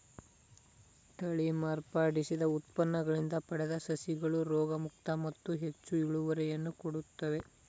ತಳಿ ಮಾರ್ಪಡಿಸಿದ ಉತ್ಪನ್ನಗಳಿಂದ ಪಡೆದ ಸಸಿಗಳು ರೋಗಮುಕ್ತ ಮತ್ತು ಹೆಚ್ಚು ಇಳುವರಿಯನ್ನು ಕೊಡುತ್ತವೆ